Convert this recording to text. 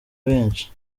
benshi